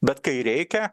bet kai reikia